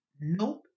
Nope